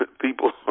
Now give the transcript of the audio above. people